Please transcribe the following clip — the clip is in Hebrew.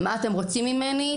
מה אתם רוצים ממני,